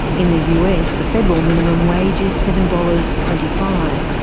in the us, the federal minimum wage is seven dollars. twenty five,